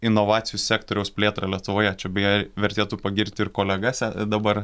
inovacijų sektoriaus plėtrą lietuvoje čia beje vertėtų pagirti ir kolegas dabar